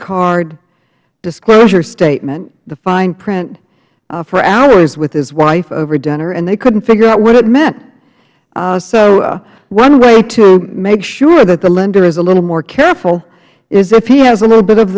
card disclosure statement the fine print for hours with his wife over dinner and they couldn't figure out what it meant so one way to make sure that the lender is a little more careful is if he has a little bit